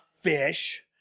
fish